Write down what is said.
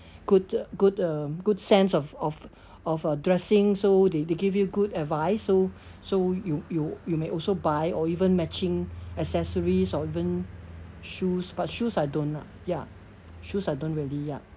good good uh good sense of of of a dressing so they they give you good advice so so you you you may also buy or even matching accessories or even shoes but shoes I don't lah ya shoes I don't really ya